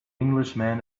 englishman